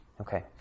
Okay